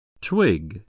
Twig